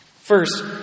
First